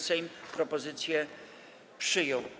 Sejm propozycję przyjął.